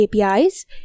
APIs